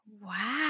Wow